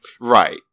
Right